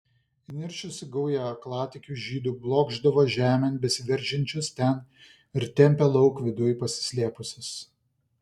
įniršusi gauja aklatikių žydų blokšdavo žemėn besiveržiančius ten ir tempė lauk viduj pasislėpusius